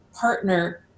partner